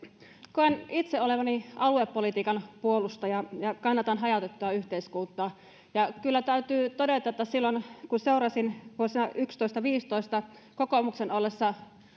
koen itse olevani aluepolitiikan puolustaja ja kannatan hajautettua yhteiskuntaa ja kyllä täytyy todeta että silloin vuosina yksitoista viiva viisitoista kokoomuksen ollessa